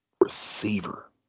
receiver